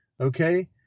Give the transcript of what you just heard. okay